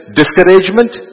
discouragement